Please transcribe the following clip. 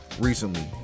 recently